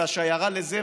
והשיירה לזה,